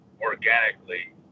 organically